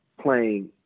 playing